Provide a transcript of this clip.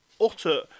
utter